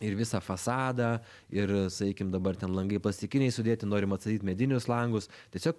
ir visą fasadą ir sakykim dabar ten langai plastikiniai sudėti norim atstatyt medinius langus tiesiog